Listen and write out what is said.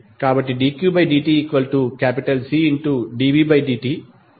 కాబట్టి dqdtCdvdt